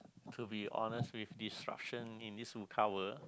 to be honest with disruption in this world